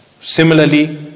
similarly